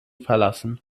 verlassen